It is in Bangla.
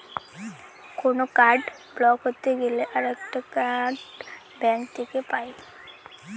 কোনো কার্ড ব্লক হতে গেলে আরেকটা কার্ড ব্যাঙ্ক থেকে পাই